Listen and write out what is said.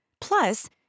Plus